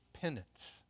penance